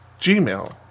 Gmail